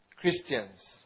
Christians